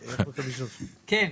כן?